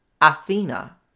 Athena